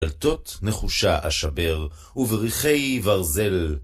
דלתות נחושה אשבר ובריחי ברזל.